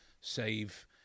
save